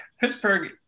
Pittsburgh